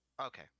Okay